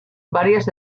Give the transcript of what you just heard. varias